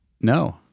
No